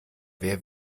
wer